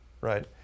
right